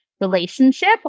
relationship